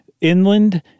inland